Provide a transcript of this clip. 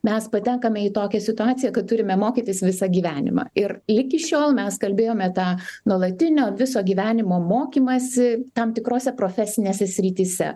mes patenkame į tokią situaciją kad turime mokytis visą gyvenimą ir iki šiol mes kalbėjome tą nuolatinio viso gyvenimo mokymąsi tam tikrose profesinėse srityse